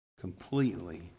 completely